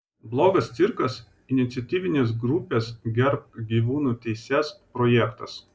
blogas cirkas iniciatyvinės grupės gerbk gyvūnų teises projektas